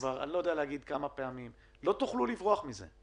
אני לא יודע כמה פעמים לא תוכלו לברוח מזה.